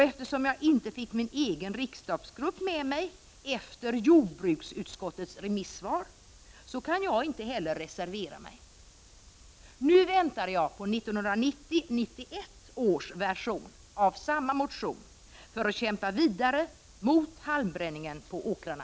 Eftersom jag inte fick miljöpartiets riksdagsgrupp med mig, efter jordbruksutskottets remisssvar, kan jag heller inte reservera mig. Nu väntar jag på riksmötets 1990/91 version av samma motion, så att jag kan kämpa vidare mot halmbränningen på åkrarna.